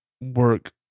work